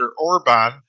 Orban